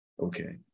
Okay